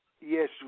Yes